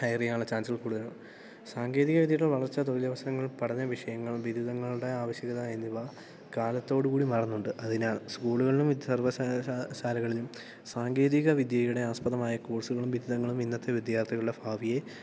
higher ചെയ്യാനുള്ള ചാൻസുകൾ കൂടുതലാണ് സാങ്കേതികവിദ്യയുടെ വളർച്ച തൊഴിലവസരങ്ങൾ പഠന വിഷയങ്ങളും ബിരുദങ്ങളുടെ ആവശ്യകത എന്നിവ കാലത്തോടുകൂടി മാറുന്നുണ്ട് അതിനാൽ സ്കൂളുകളിലും സർവശാശാലകളിലും സാങ്കേതികവിദ്യയുടെ ആസ്പദമായ കോഴ്സുകളും ബിരുദങ്ങളും ഇന്നത്തെ വിദ്യാർത്ഥികളുടെ ഭാവിയെ